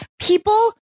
people